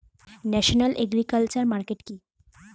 National agriculture market কি?